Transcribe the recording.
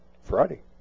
Friday